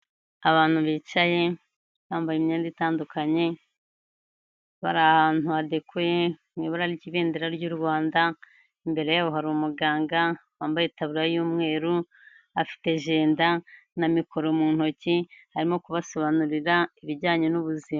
Abantu bicaye bambaye imyenda itandukanye bari ahantu hadekoye, mu ibara ry'ibendera ry'u Rwanda, imbere yabo hari umuganga wambaye itaburiya y'umweru, afite ajenda na mikoro mu ntoki arimo kubasobanurira ibijyanye n'ubuzima.